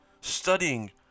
Studying